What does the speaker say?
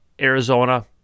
Arizona